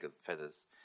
feathers